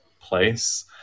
place